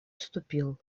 вступил